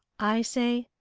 i say,